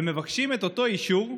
ומבקשים את אותו אישור,